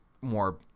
more